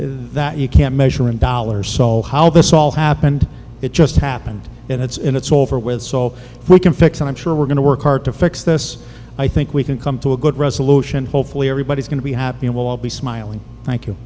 and that you can't measure in dollars so how this all happened it just happened and it's over with so we can fix and i'm sure we're going to work hard to fix this i think we can come to a good resolution hopefully everybody's going to be happy and we'll all be smiling thank you